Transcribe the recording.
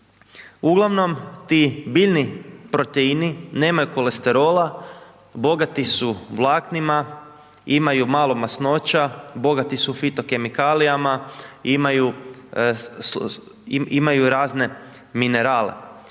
uglavnom ti biljni proteini nemaju kolesterola, bogati su vlaknima, imaju malo masnoća, bogati su fitokemikalijama, imaju razne minerale.